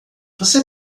você